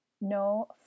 No